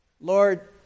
Lord